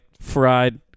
fried